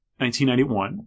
1991